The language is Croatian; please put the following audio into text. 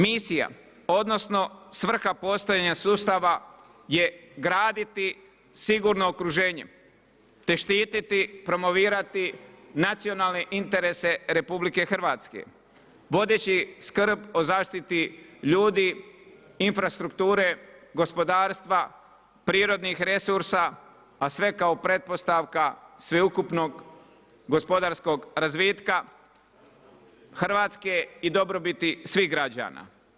Misija odnosno svrha postojanja sustava je graditi sigurno okruženje te štititi, promovirati nacionalne interese RH vodeći skrb o zaštiti ljudi, infrastrukture, gospodarstva, prirodnih resursa a sve kao pretpostavka sveukupnog gospodarskog razvitka Hrvatske i dobrobiti svih građana.